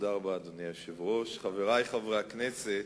אדוני היושב-ראש, תודה רבה, חברי חברי הכנסת,